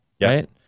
Right